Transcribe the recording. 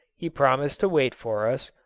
he promised to wait for us,